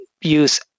use